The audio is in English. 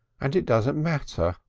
and it doesn't matter.